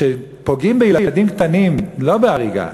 כשפוגעים בילדים קטנים לא בהריגה,